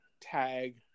tag